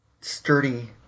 sturdy